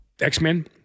X-Men